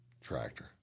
Tractor